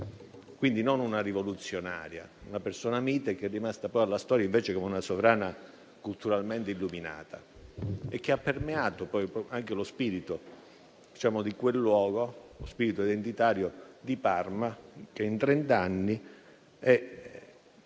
quindi non una rivoluzionaria, ma una persona mite, passata poi alla storia come una sovrana culturalmente illuminata, che ha permeato anche lo spirito di quel luogo, lo spirito identitario di Parma, che in trent'anni è